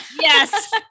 Yes